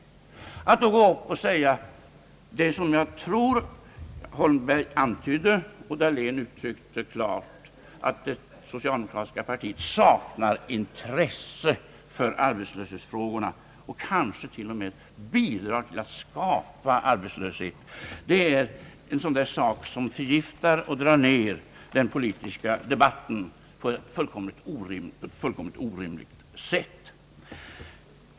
Att då gå och säga det som jag tror herr Holmberg antydde och herr Dahlén uttryckte klart, att det socialdemokratiska partiet saknar intresse för arbetslöshetsfrågorna, kanske t.o.m. bidrar till att skapa arbetslöshet — det är en sak som förgiftar och drar ner den politiska debatten på ett fullkomligt orimligt sätt.